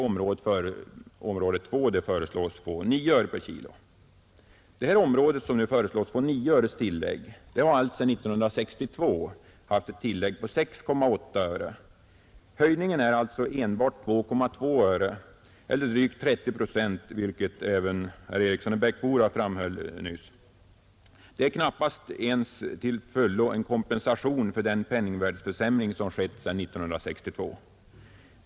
Område II föreslås få ett prisstöd av 9 öre per kilo. Det område som nu föreslås få 9 öres tillägg har alltsedan 1962 haft ett tillägg på 6,8 öre. Höjningen är alltså enbart 2,2 öre, eller drygt 30 procent, vilket även herr Eriksson i Bäckmora framhöll nyss. Det är knappast ens en full kompensation för den penningvärdeförsämring som skett sedan 1962.